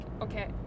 okay